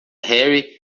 harry